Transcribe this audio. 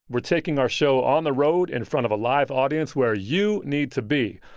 we're taking our show on the road in front of a live audience where you need to be.